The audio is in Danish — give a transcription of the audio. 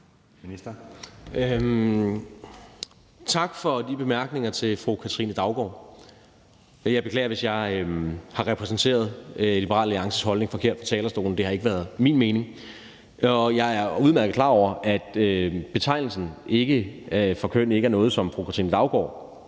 for de bemærkninger. Jeg beklager, hvis jeg har præsenteret Liberal Alliances holdning forkert på talerstolen – det har ikke været min mening. Jeg er udmærket klar over, at betegnelsen for køn ikke er noget, som fru Katrine Daugaard